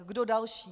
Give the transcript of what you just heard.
Kdo další?